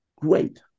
Great